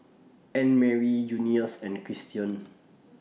Annemarie Junius and Christion